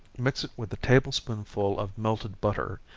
mix it with a table spoonful of melted butter,